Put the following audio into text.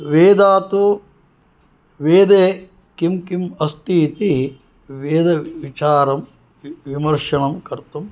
वेदा तु वेदे किं किम् अस्ति इति वेदविचारं विमर्शनं कर्तुम्